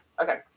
Okay